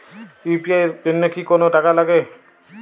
UPI এর জন্য কি কোনো টাকা লাগে?